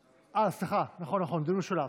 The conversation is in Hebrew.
סליחה, דיון משולב.